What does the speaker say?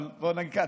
אבל בוא נגיד כך,